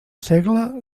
segle